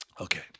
Okay